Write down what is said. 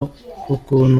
ukuntu